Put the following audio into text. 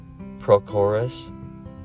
Prochorus